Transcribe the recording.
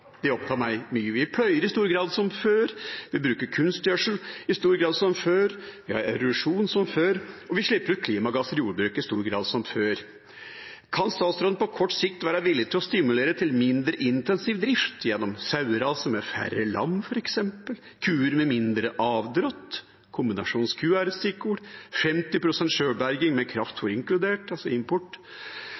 Det opptar meg mye. Vi pløyer i stor grad – som før. Vi bruker kunstgjødsel i stor grad – som før. Vi har erosjon – som før. Og vi slipper ut klimagasser i jordbruket i stor grad – som før. Kan statsråden på kort sikt være villig til å stimulere til mindre intensiv drift f.eks. gjennom saueraser med færre lam, kuer med mindre avdrått – kombinasjonsku er et stikkord – 50 pst. sjølberging med kraftfôr inkludert, altså import,